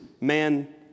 man